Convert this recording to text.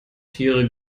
tiere